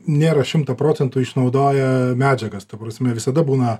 nėra šimtą procentų išnaudoję medžiagas ta prasme visada būna